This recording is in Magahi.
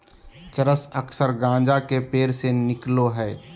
चरस अक्सर गाँजा के पेड़ से निकलो हइ